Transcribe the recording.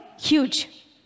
huge